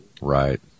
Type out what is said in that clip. Right